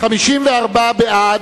54 בעד,